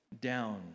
down